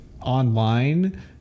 online